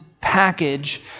package